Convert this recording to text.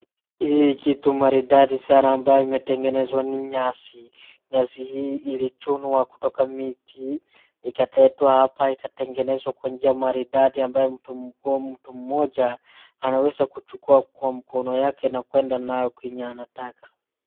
Hii kitu maridadi sana ambayo imetenengezwa ni nyasi. Nyasi ilichunwa kutoka miti ikaletwa hapa inatengenezwa kwa njia maridadi ambayo mtu mmoja anaweza kuchukua kwa mkono yake na kwenda yako kwenye anataka.